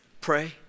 pray